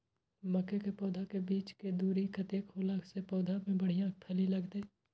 मके के पौधा के बीच के दूरी कतेक होला से पौधा में बढ़िया फली लगते?